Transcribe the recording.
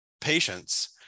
patients